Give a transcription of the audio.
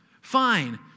Fine